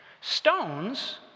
Stones